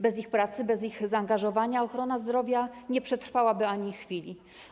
Bez ich pracy, bez ich zaangażowania ochrona zdrowia nie przetrwałaby ani chwili.